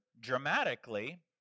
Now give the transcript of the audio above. dramatically